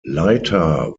leiter